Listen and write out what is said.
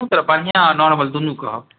बढ़िआँ आओर नॉरमल दुनू कहब